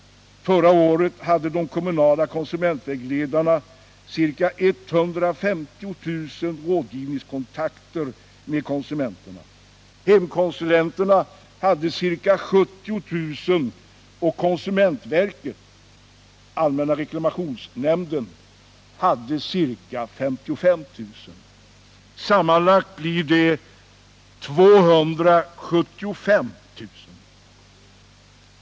Förra året hade de kommunala konsumentvägledarna ca 150 000 rådgivningskontakter med konsumenterna, hemkonsulenterna ca 70000 och konsumentverket/ allmänna reklamationsnämnden ca 55 000. Sammanlagt blir det 275 000.